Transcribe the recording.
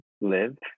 live